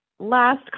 Last